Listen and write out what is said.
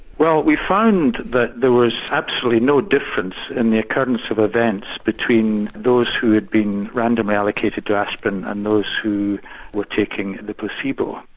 well we found that there was absolutely no difference in the occurrence of events between those who had been randomly allocated to aspirin and those who were taking and the placebo.